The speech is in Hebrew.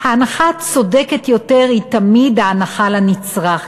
ההנחה הצודקת יותר היא תמיד ההנחה לנצרך,